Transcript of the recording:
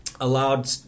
allowed